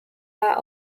are